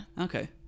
Okay